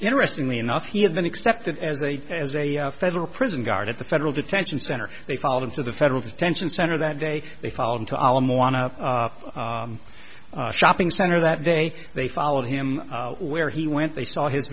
interestingly enough he had been accepted as a as a federal prison guard at the federal detention center they followed him to the federal detention center that day they fall into allam on a shopping center that day they followed him where he went they saw his